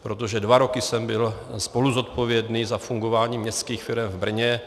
Protože dva roky jsem byl spoluzodpovědný za fungování městských firem v Brně.